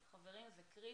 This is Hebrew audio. חברים, זה קריטי.